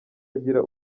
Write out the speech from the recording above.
agira